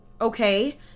Okay